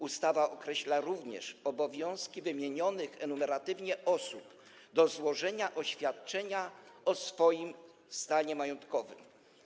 Ustawa określa również obowiązek wymienionych enumeratywnie osób dotyczący złożenia oświadczenia o swoim stanie majątkowym.